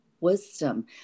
wisdom